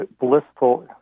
blissful